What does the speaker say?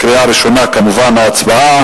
ההצבעה היא כמובן בקריאה ראשונה.